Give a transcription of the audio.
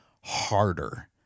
harder